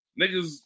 niggas